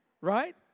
Right